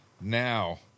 now